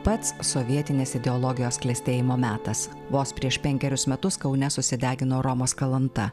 pats sovietinės ideologijos klestėjimo metas vos prieš penkerius metus kaune susidegino romas kalanta